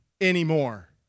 anymore